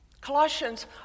Colossians